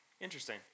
interesting